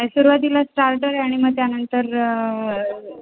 काय सुरुवातीला स्टार्टर आणि मग त्यानंतर